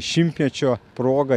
šimtmečio proga